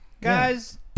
Guys